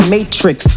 Matrix